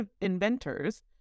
inventors